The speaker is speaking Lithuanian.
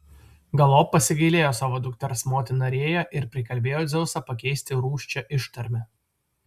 galop pasigailėjo savo dukters motina rėja ir prikalbėjo dzeusą pakeisti rūsčią ištarmę